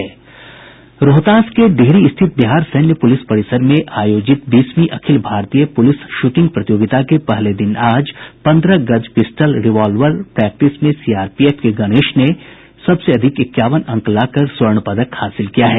रोहतास के डिहरी स्थित बिहार सैन्य पूलिस परिसर में आयोजित बीसवीं अखिल भारतीय पुलिस शूटिंग प्रतियोगिता के पहले दिन आज पन्द्रह गज पिस्टल रिवाल्वर प्रैक्टिस में सीआरपीएफ के गणेश एसएम ने सबसे अधिक इक्यावन अंक लाकर स्वर्ण पदक हासिल किया है